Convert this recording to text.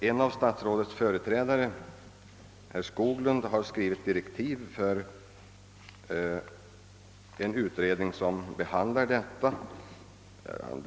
En av statsrådets företrädare, herr Skoglund, har skrivit direktiv för en utredning som behandlar denna fråga.